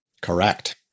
Correct